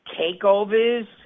Takeovers